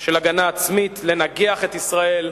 של הגנה עצמית, לנגח את ישראל,